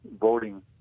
voting